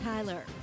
Tyler